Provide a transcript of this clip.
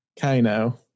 Kano